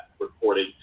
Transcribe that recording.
recording